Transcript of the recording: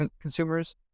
consumers